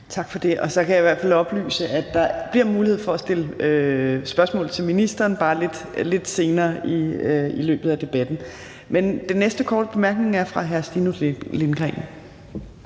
Tak for det. Så kan jeg i hvert fald oplyse, at der bliver mulighed for at stille spørgsmål til ministeren, bare lidt senere i løbet af debatten. Den næste korte bemærkning er fra hr. Stinus Lindgreen.